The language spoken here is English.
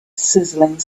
sizzling